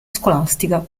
scolastica